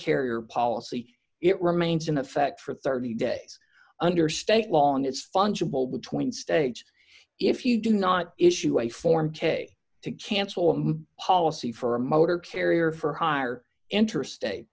carrier policy it remains in effect for thirty days under state law and it's fungible between states if you do not issue a form k to cancel a policy for a motor carrier for higher interstate